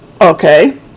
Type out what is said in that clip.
Okay